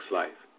life